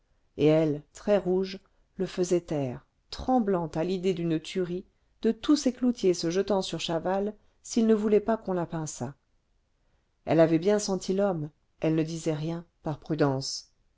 et elle très rouge le faisait taire tremblante à l'idée d'une tuerie de tous ces cloutiers se jetant sur chaval s'il ne voulait pas qu'on la pinçât elle avait bien senti l'homme elle ne disait rien par prudence